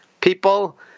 people